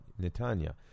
Netanya